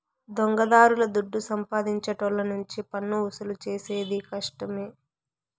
దొంగదారుల దుడ్డు సంపాదించేటోళ్ళ నుంచి పన్నువసూలు చేసేది కష్టమే